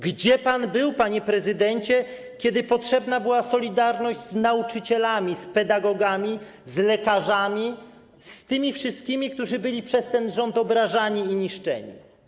Gdzie pan był, panie prezydencie, kiedy potrzebna była solidarność z nauczycielami, z pedagogami, z lekarzami, z tymi wszystkimi, którzy byli przez ten rząd obrażani i niszczeni?